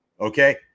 okay